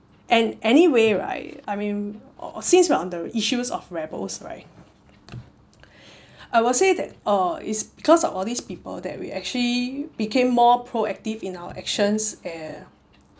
and anyway right I mean since we're on the issues of rebels right I will say that uh it's because of all these people that we actually became more proactive in our actions and